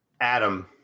Adam